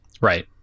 right